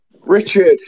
Richard